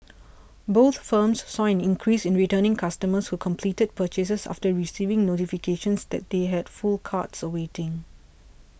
both firms saw an increase in returning customers who completed purchases after receiving notifications that they had full carts waiting